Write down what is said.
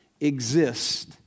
exist